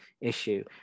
issue